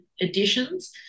additions